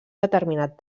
determinat